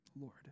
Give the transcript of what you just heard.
Lord